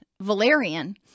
valerian